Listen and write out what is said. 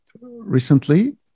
recently